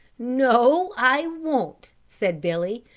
no, i won't, said billy.